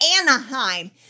Anaheim